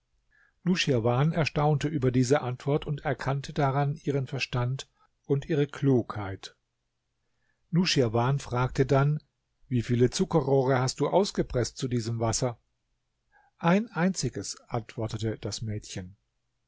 nuschirwan erstaunte über diese antwort und erkannte daran ihren verstand und ihre klugheit nuschirwan fragte dann wie viele zuckerrohre hast du ausgepreßt zu diesem wasser ein einziges antwortete das mädchen